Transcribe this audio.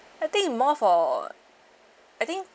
I think it more for I think